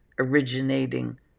originating